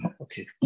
Okay